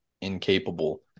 incapable